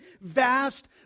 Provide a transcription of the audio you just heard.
vast